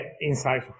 inside